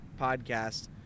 podcast